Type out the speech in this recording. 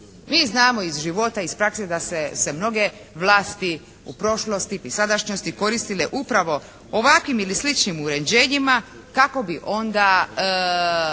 Mi znamo iz života, iz prakse da su se mnoge vlasti u prošlosti i sadašnjosti koristile upravo ovakvim ili sličnim uređenjima kako bi onda